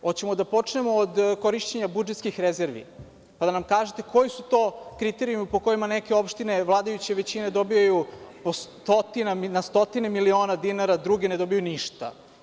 Hoćemo da počnemo od korišćenja budžetski rezervi, pa da nam kažete koji su to kriterijumi, po kojima neka opštine vladajuće većine dobijaju na 100 miliona dinara, drugi ne dobijaju ništa?